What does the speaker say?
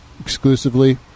exclusively